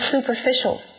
superficial